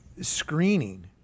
screening